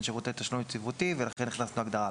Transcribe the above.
שירותי תשלום יציבותי ולכן הכנסנו את ההגדרה.